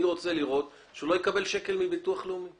אני רוצה לראות שהוא לא יקבל שקל מביטוח לאומי.